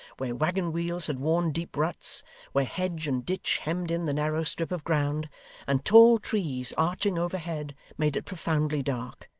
where waggon-wheels had worn deep ruts where hedge and ditch hemmed in the narrow strip of ground and tall trees, arching overhead, made it profoundly dark.